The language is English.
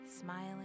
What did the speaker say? smiling